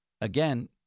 again